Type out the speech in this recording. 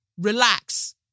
Relax